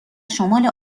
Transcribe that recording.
شمال